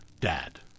Dad